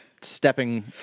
stepping